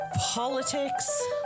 politics